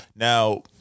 Now